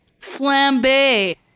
Flambe